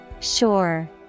Sure